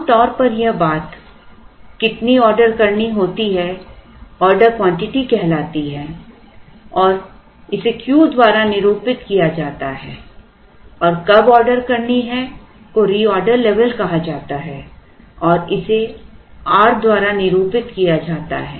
आमतौर पर यह बात कितनी ऑर्डर करनी होती है ऑर्डर क्वांटिटी कहलाती है और इसे Q द्वारा निरूपित किया जाता है और कब ऑर्डर करनी है को रीऑर्डर लेवल कहा जाता है और इसे r द्वारा निरूपित किया जाता है